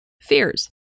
fears